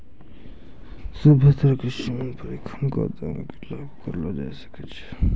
सभ्भे तरह के सामान पर एखनको दाम क लागू करलो जाय सकै छै